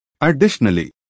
Additionally